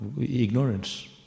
ignorance